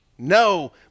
No